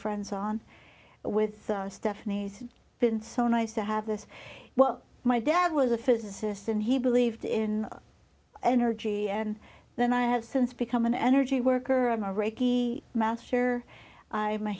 friends on with stephanie's been so nice to have this well my dad was a physicist and he believed in energy and then i have since become an energy worker i'm a reiki master i'm a